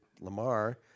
Lamar